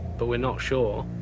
but we're not sure.